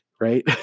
right